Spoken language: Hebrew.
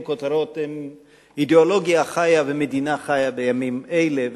כותרות הן אידיאולוגיה חיה ומדינה חיה בימים אלה,